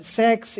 sex